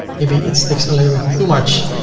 maybe it sticks a little bit too much.